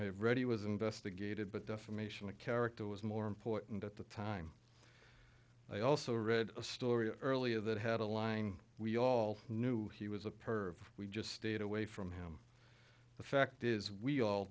park ready was investigated but defamation of character was more important at the time they also read a story earlier that had a line we all knew he was a perv we just stayed away from him the fact is we all